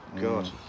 god